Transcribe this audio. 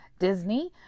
Disney